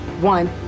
one